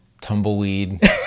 tumbleweed